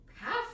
half